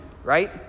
right